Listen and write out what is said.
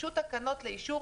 הוגשו תקנות לאישור,